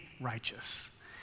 righteous